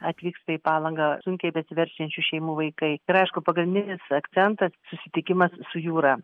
atvyksta į palangą sunkiai besiverčiančių šeimų vaikai ir aišku pagrindinis akcentas susitikimas su jūra